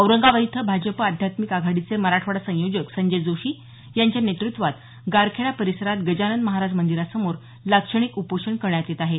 औरंगाबाद इथं भाजप आध्यात्मिक आघाडीचे मराठवाडा संयोजक संजय जोशी यांच्या नेत्रत्वात गारखेडा परिसरात गजानन महाराज मंदिरासमोर लाक्षणिक उपोषण करण्यात येत आहे